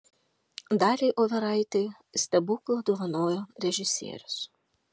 daliai overaitei stebuklą dovanojo režisierius